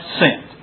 sent